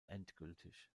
endgültig